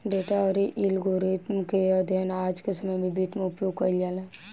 data अउरी algorithm के अध्ययन आज के समय में वित्त में उपयोग कईल जाला